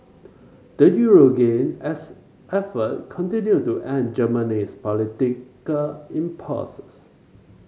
the euro gained as effort continued to end Germany's political impasses